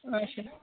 اچھا